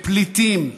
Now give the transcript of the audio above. לפליטים,